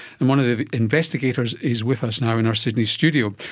and one of the investigators is with us now in our sydney studio.